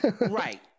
Right